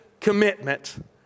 commitment